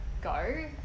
go